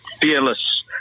fearless